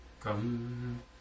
Come